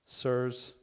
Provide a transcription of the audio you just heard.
Sirs